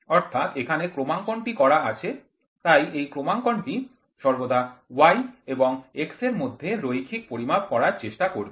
অর্থাৎ এখানে ক্রমাঙ্কনটি করা আছে তাই এই ক্রমাঙ্কনটি সর্বদা y এবং x এর মধ্যে রৈখিক পরিমাপ করার চেষ্টা করবে